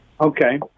Okay